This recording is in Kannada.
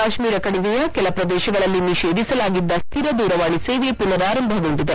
ಕಾಶ್ನೀರ ಕಣಿವೆಯ ಕೆಲ ಪ್ರದೇಶಗಳಲ್ಲಿ ನಿಷೇಧಿಸಲಾಗಿದ್ದ ಸ್ಥಿರ ದೂರವಾಣಿ ಸೇವೆ ಪುನರಾರಂಭಗೊಂಡಿದೆ